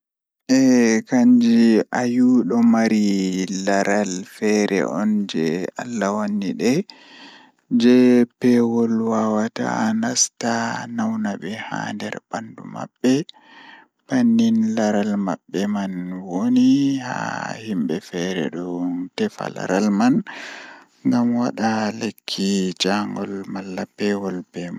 Ah ndikka himɓe maraa ɓikkon Ko sabu ngal, warti ɓe heɓata moƴƴi e laawol e soodun nder ɗam, hokkataa e fowru e tawti laawol, jeyaaɓe e waɗtude caɗeele. Ko tawa warti ɓe heɓata moƴƴi e maɓɓe e laawol ngal tawa kuutorde kafooje ɓe, yaafa ɓe njogi saɗde e heɓuɓe. Warti wondi kaɓɓe njahi loowaaji ngam jooɗuɓe ɗe waawataa e waɗtuɗe ko wi'a e waɗtude.